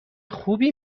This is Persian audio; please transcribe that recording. خوبی